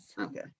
Okay